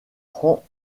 prend